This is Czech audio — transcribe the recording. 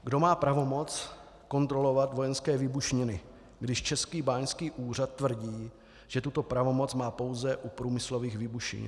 Kdo má pravomoc kontrolovat vojenské výbušniny, když Český báňský úřad tvrdí, že tuto pravomoc má pouze u průmyslových výbušnin?